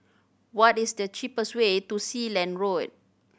what is the cheapest way to Sealand Road